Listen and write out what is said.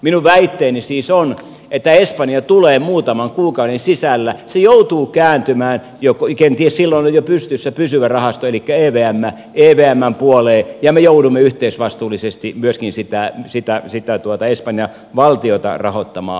minun väitteeni siis on että espanja muutaman kuukauden sisällä joutuu kääntymään kenties silloin on jo pystyssä pysyvä rahasto elikkä evm evmn puoleen ja me joudumme yhteisvastuullisesti myöskin sitä espanjan valtiota rahoittamaan